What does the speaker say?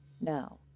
Now